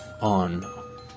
on